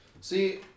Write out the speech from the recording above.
See